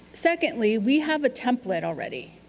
secondly, we have a template already.